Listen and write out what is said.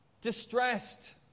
distressed